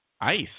Ice